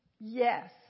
yes